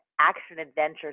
action-adventure